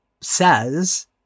says